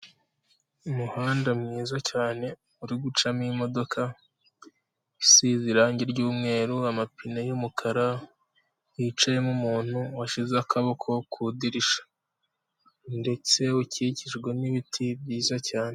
Umuhanda mwiza cyane uri gucamo imodoka isize irangi ry'umweru, amapine y'umukara, yicayemo umuntu washize akaboko ku dirisha. Ndetse ukikijwe n'ibiti byiza cyane.